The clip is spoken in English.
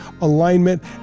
alignment